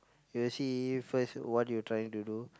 he will see first what you trying to do